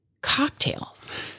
cocktails